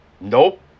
Nope